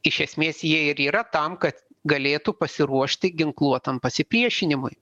iš esmės jie ir yra tam kad galėtų pasiruošti ginkluotam pasipriešinimui